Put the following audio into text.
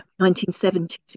1970s